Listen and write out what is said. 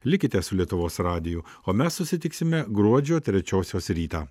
likite su lietuvos radiju o mes susitiksime gruodžio trečiosios rytą